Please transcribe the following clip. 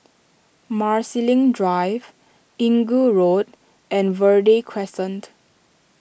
Marsiling Drive Inggu Road and Verde Crescent